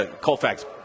Colfax